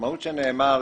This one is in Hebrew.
המשמעות של מה שנאמר,